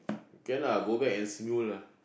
can lah go back and lah